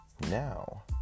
Now